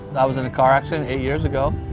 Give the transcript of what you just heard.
i was in a car accident eight years ago,